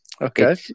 Okay